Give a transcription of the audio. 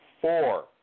four